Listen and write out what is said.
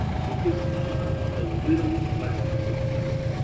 focus on the little blessings of life,